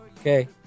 Okay